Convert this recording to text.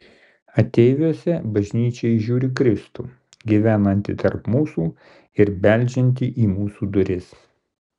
ateiviuose bažnyčia įžiūri kristų gyvenantį tarp mūsų ir beldžiantį į mūsų duris